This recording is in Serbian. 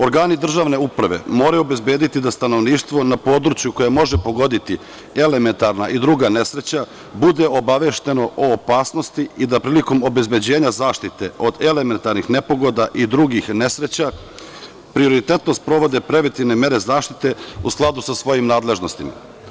Organi državne uprave moraju obezbediti da stanovništvo na području, koje može pogoditi elementarna i druga nesreća, bude obavešteno o opasnosti i da prilikom obezbeđenja zaštite od elementarnih nepogoda i drugih nesreća, prioritetno sprovode preventivne mere zaštite u skladu sa svojim nadležnostima.